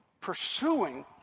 pursuing